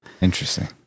Interesting